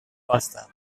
costa